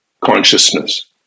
consciousness